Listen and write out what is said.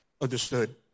Understood